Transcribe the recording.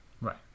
Right